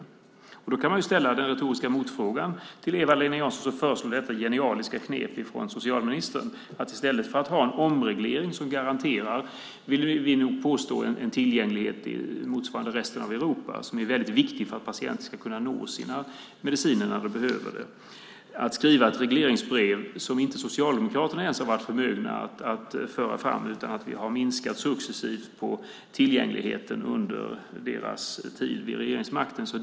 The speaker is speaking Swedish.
Då skulle jag vilja ställa en retorisk motfråga till Eva-Lena Jansson, som föreslår detta geniala knep för socialministern att, i stället för att ha en omreglering som garanterar en tillgänglighet motsvarande resten av Europa, som är viktig för att patienter ska få tillgång till mediciner när de behöver dem, skriva ett regleringsbrev som inte ens Socialdemokraterna har varit förmögna att föra fram. Tillgängligheten minskade successivt under deras tid vid regeringsmakten.